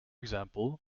example